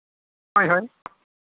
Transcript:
ᱦᱳᱭ ᱦᱳᱭ